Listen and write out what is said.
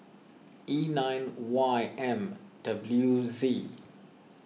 E nine Y M W Z